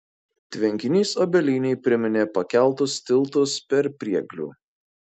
tvenkinys obelynėj priminė pakeltus tiltus per prieglių